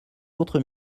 autres